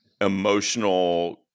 emotional